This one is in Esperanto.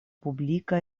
publika